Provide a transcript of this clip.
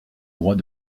droit